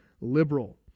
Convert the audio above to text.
liberal